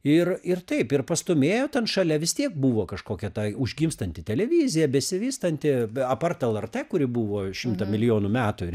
ir ir taip ir pastūmėjo ten šalia vis tiek buvo kažkokia tai užgimstanti televizija besivystanti aptar lrt kuri buvo šimtą milijonų metų